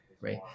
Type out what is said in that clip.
right